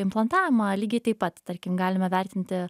implantavimą lygiai taip pat tarkim galime vertinti